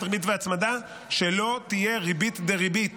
ריבית והצמדה הוא שלא תהיה ריבית-דריבית